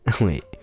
Wait